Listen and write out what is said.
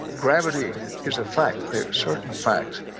gravity is a fact. there are certain facts.